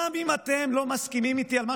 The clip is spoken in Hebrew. גם אם אתם לא מסכימים איתי על מה